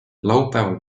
laupäeval